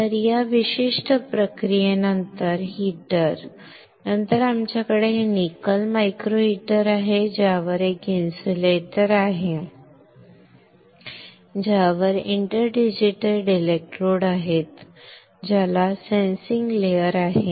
तर या विशिष्ट प्रक्रियेनंतर हीटर नंतर आमच्याकडे हे निकेल मायक्रो हीटर आहे ज्यावर एक इन्सुलेटर आहे हे इन्सुलेटर आहे ज्यावर इंटरडिजिटेटेड इलेक्ट्रोड आहेत ज्यावर सेन्सिंग लेयर आहे